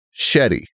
Shetty